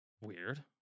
weird